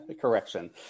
Correction